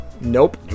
Nope